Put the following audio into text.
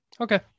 okay